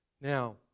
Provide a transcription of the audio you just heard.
Now